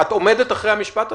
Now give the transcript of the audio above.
את עומדת מאחורי המשפט הזה?